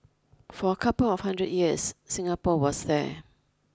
for a couple of hundred years Singapore was there